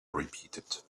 repeated